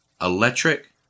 electric